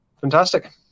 fantastic